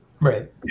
right